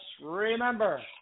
remember